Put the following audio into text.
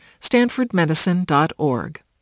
StanfordMedicine.org